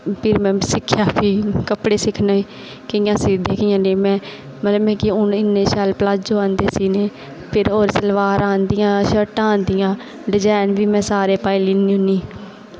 फिर में सिक्खेआ कपड़े में कियां सीह्ने ते मिगी हून इन्ने शैल प्लाजो आंदे सीह्ने ई होर सलावारां आंदियां शर्टां आंदियां डिजाईन दियां ओह् में सारे पाई लैनी होनी